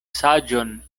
saĝon